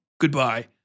Goodbye